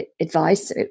advice